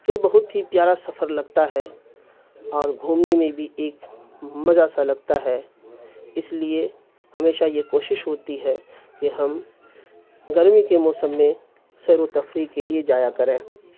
جو بہت ہی پیارا سفر لگتا ہے اور گھومنے میں بھی ایک مزا سا لگتا ہے اس لیے ہمیشہ یہ کوشش ہوتی ہے کہ ہم گرمی کے موسم میں سیر و تفریح کے لیے جایا کریں